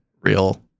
real